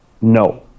No